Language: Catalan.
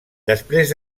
després